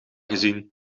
gezien